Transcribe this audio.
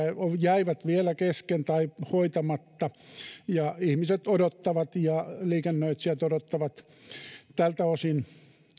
ne jäivät vielä kesken tai hoitamatta ja ihmiset odottavat ja liikennöitsijät odottavat tältä osin